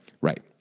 Right